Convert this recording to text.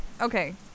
okay